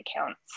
accounts